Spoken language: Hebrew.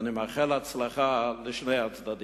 ואני מאחל הצלחה לשני הצדדים.